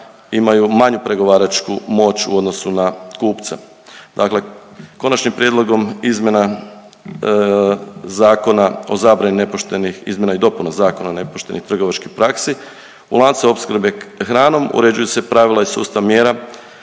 imaju manju pregovaračku moć u odnosu na kupca. Dakle, Konačnim prijedlogom izmjena Zakona o zabrani nepoštenih, izmjena i dopuna Zakona nepoštenih trgovačkih praksi u lancu opskrbe hranom uređuju se pravila i sustav mjera